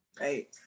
right